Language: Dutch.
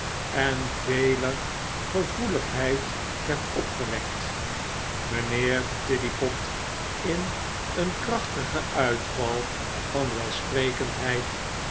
en veler gevoeligheid werd opgewekt mynheer tiddypot in een krachtigen uitval van welsprekendheid